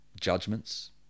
judgments